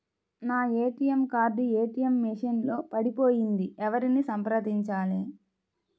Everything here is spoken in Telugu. నా ఏ.టీ.ఎం కార్డు ఏ.టీ.ఎం మెషిన్ లో పడిపోయింది ఎవరిని సంప్రదించాలి?